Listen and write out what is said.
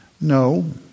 No